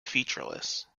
featureless